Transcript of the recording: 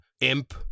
Imp